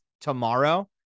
tomorrow